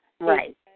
Right